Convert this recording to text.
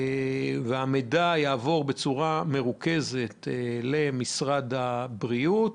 והמידע יעבור בצורה מרוכזת למשרד הבריאות.